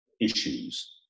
issues